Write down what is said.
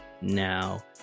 Now